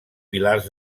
pilars